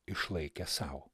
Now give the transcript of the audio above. išlaikė sau